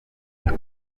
vuba